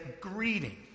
greeting